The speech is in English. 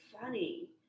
funny